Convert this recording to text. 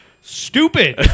stupid